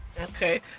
Okay